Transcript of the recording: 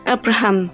Abraham